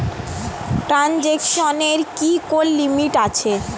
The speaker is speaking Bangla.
ট্রানজেকশনের কি কোন লিমিট আছে?